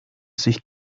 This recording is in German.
sich